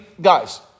guys